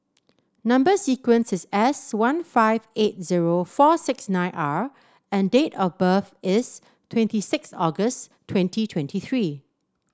number sequence is S one five eight zero four six nine R and date of birth is twenty six August twenty twenty three